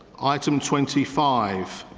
item twenty five.